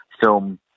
film